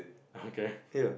okay